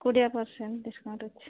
କୋଡ଼ିଏ percent discount ଅଛି